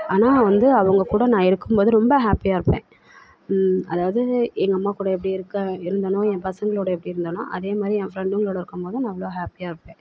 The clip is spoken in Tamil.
ஆனால் வந்து அவங்கள்க் கூட நான் இருக்கும் போது ரொம்ப ஹேப்பியாக இருப்பேன் அதாவது எங்கள் அம்மாக் கூட எப்படி இருக்க இருந்தனோ என் பசங்களோடு எப்படி இருந்தனோ அதே மாதிரி என் ஃப்ரெண்டுகளோடு இருக்கும் போது நான் அவ்வளோ ஹேப்பியாக இருப்பேன்